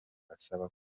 asaba